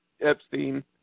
Epstein